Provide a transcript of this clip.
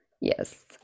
Yes